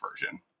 version